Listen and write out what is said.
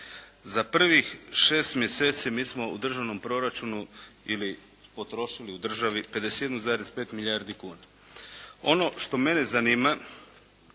Za prvih šest mjeseci mi smo u državnom proračunu ili potrošili u državi 51,5 milijardi kuna. Ono što mene zanima